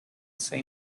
say